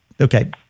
Okay